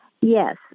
Yes